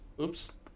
Oops